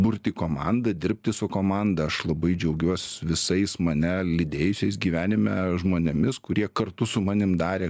burti komandą dirbti su komanda aš labai džiaugiuos visais mane lydėjusiais gyvenime žmonėmis kurie kartu su manim darė